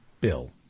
bill